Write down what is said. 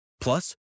Plus